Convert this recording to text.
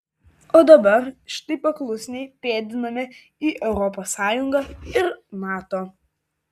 o dabar štai paklusniai pėdiname į europos sąjungą ir nato